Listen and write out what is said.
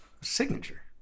Signature